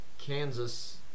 Kansas